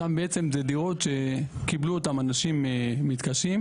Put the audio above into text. שם זה דירות שקיבלו אותם אנשים מתקשים.